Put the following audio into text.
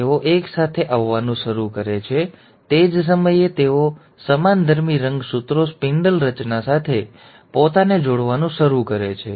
તેઓ એકસાથે આવવાનું શરૂ કરે છે તે જ સમયે તેઓ પણ સમાનધર્મી રંગસૂત્રો સ્પિન્ડલ રચના સાથે પોતાને જોડવાનું શરૂ કરે છે